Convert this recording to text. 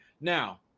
now